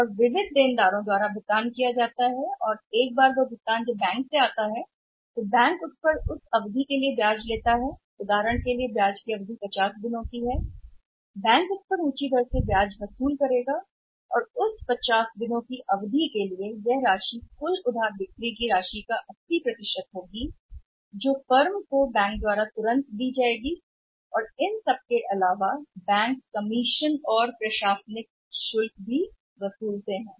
और भुगतान विविध देनदार या देनदार और लोगों द्वारा किया जाता है कि भुगतान बैंक आता है यदि हम 50 दिनों की अवधि के लिए चर्चा कर रहे हैं तो उदाहरण के लिए ब्याज की अवधि के लिए ब्याज वसूलेंगे फंड बैंक द्वारा दिए जाते हैं बैंक 50 की उस अवधि के लिए उच्च दर पर ब्याज वसूल करेगा दिन और उस राशि के लिए जो यह राशि है जिसका उपयोग 80 है जो फर्म को दिया जाता है तुरंत और इसके अलावा बैंक कमीशन और प्रशासनिक शुल्क भी वसूलते हैं